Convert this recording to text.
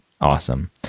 Awesome